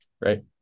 right